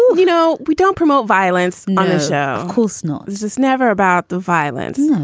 you know, we don't promote violence on a show cousineau. it's just never about the violence.